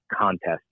contest